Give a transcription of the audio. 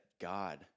God